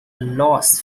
loss